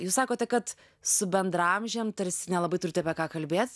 jūs sakote kad su bendraamžėm tarsi nelabai turite apie ką kalbėt